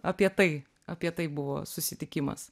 apie tai apie tai buvo susitikimas